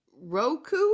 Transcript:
roku